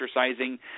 exercising